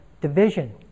division